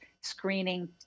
screening